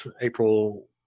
April